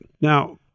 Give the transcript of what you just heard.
Now